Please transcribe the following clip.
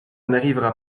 n’arrivera